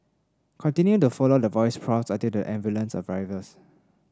continue to follow the voice prompts until the ambulance arrives